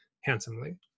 handsomely